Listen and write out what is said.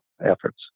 efforts